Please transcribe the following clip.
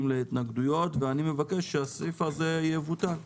להתנגדויות ואני מבקש שהסעיף הזה יבוטל.